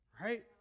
Right